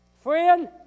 Friend